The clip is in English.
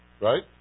Right